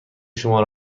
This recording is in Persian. شما